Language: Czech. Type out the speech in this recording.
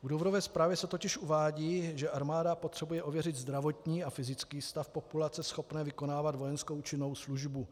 V důvodové zprávě se totiž uvádí, že armáda potřebuje ověřit zdravotní a fyzický stav populace schopné vykonávat vojenskou činnou službu.